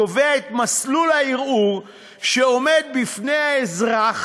קובע את מסלול הערעור שעומד בפני האזרח